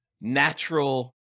natural